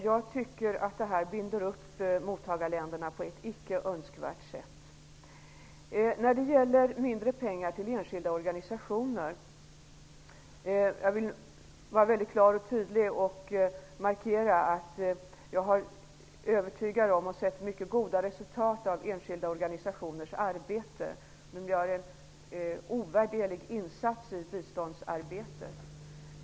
Jag tycker att villkorade bistånd binder upp mottagarländerna på ett icke önskvärt sätt. När det gäller mindre pengar till enskilda organisationer vill jag klart och tydligt markera att jag har sett mycket goda resultat av enskilda organisationers arbete. De gör en ovärderlig insats i biståndsarbetet.